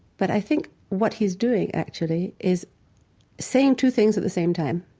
but i think what he's doing actually is saying two things at the same time.